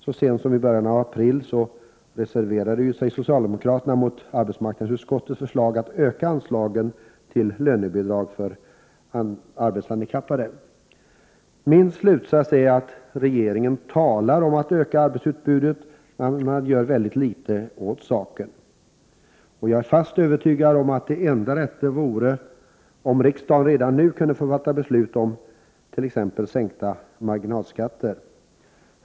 Så sent som i början av april reserverade sig socialdemokraterna mot arbetsmarknadsutskottets förslag att öka anslagen till lönebidrag för arbetshandikappade. Min slutsats är att regeringen talar om att öka arbetsutbudet men att den gör ytterst litet åt saken. Jag är fast övertygad om att det enda rätta vore om riksdagen redan nu kunde fatta beslut om att t.ex. sänka marginalskatterna.